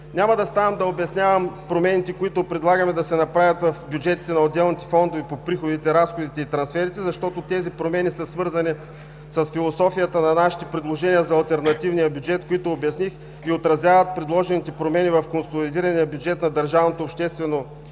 Няма да ставам да обяснявам промените, които предлагаме да се направят в бюджетите на отделните фондове по приходите, разходите и трансферите, защото тези промени са свързани с философията на нашите предложения за алтернативния бюджет, които обясних и отразяват предложените промени в консолидирания бюджет на държавното обществено